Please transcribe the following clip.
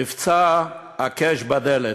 מבצע "הקש בדלת".